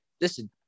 listen